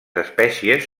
espècies